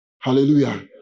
Hallelujah